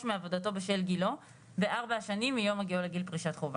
מעבודתו בשל גילו בארבע השנים מיום הגעתו לגיל פרישת חובה.